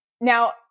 Now